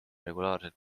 regulaarselt